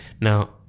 Now